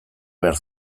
behar